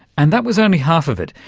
and that was only half of it.